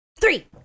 three